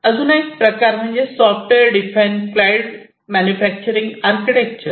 अजून एक प्रकार म्हणजे software define cloud manufacturing architecture